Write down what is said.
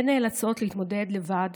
הן נאלצות להתמודד לבד